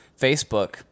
Facebook